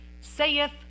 saith